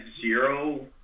zero